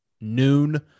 noon